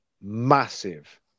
massive